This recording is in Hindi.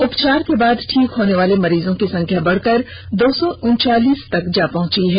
उपचार के बाद ठीक होनेवाले मरीजों की संख्या बढ़कर दो सौ उनचालीस तक जा पहंची है